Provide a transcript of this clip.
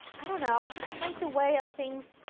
i don't know, i just like the way things